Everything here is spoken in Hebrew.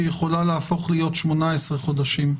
שיכולה להפוך להיות 18 חודשים.